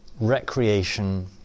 recreation